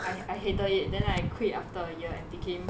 I I hated it then I quit after a year and became